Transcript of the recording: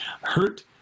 hurt